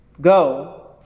Go